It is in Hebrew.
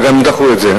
וגם דחו את זה.